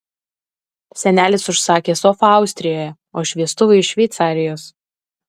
senelis užsakė sofą austrijoje o šviestuvai iš šveicarijos